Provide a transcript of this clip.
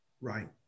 Right